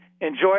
enjoy